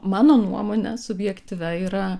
mano nuomone subjektyvia yra